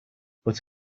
but